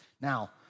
Now